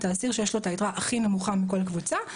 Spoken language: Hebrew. האסיר שיש לו את היתרה הכי נמוכה מכל הקבוצה,